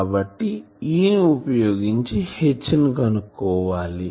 కాబట్టి E ని వుపయోగించి H ని కనుక్కోవాలి